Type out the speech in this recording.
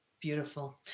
beautiful